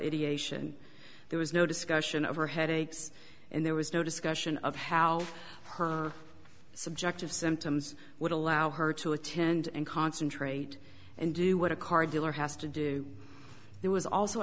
and there was no discussion of her headaches and there was no discussion of how her subjective symptoms would allow her to attend and concentrate and do what a car dealer has to do there was also